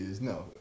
no